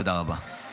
תודה רבה.